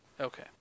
Okay